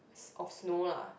of snow lah